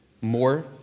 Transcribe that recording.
more